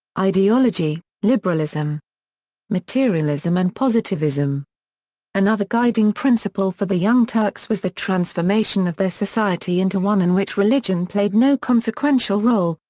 ideology liberalism materialism and positivism another guiding principle for the young turks was the transformation of their society into one in which religion played no consequential role,